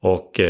Och